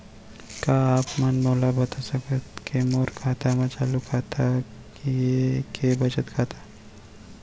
का आप मन मोला बता सकथव के मोर खाता ह चालू खाता ये के बचत खाता?